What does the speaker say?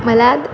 मला